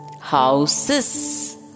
houses